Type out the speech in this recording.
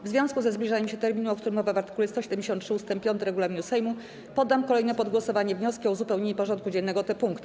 W związku ze zbliżaniem się terminu, o którym mowa w art. 173 ust. 5 regulaminu Sejmu, poddam kolejno pod głosowanie wnioski o uzupełnienie porządku dziennego o te punkty.